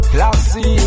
Classy